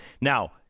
Now